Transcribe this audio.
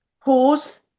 pause